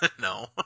No